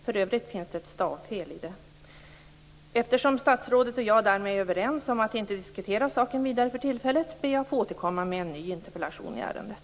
För övrigt finns det ett stavfel i det. Eftersom statsrådet och jag därmed är överens om att inte diskutera saken vidare för tillfället ber jag att få återkomma med en ny interpellation i ärendet.